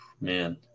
Man